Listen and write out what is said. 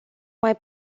mai